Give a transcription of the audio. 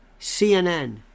CNN